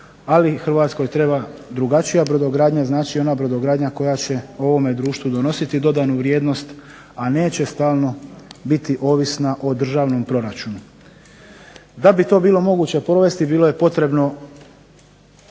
Ali Hrvatskoj treba drugačija brodogradnja, znači ona brodogradnja koja će ovome društvu donositi dodanu vrijednost, a neće stalno biti ovisna o državnom proračunu. Da bi to bilo moguće provesti bilo je potrebno